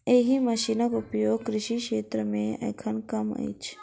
एहि मशीनक उपयोग कृषि क्षेत्र मे एखन कम अछि